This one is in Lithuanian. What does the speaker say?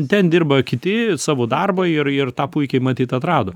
ten dirba kiti savo darbą ir ir tą puikiai matyt atrado